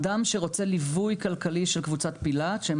אדם שרוצה ליווי כלכלי של קבוצת פילת שהם